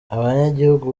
abanyagihugu